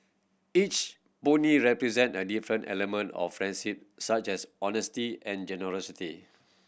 each pony represent a different element of friendship such as honesty and generosity